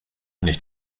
nicht